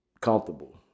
comfortable